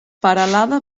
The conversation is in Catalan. peralada